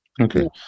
Okay